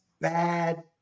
bad